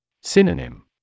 Synonym